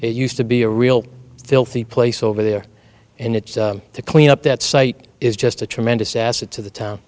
it used to be a real filthy place over there and it's the clean up that site is just a tremendous asset to the town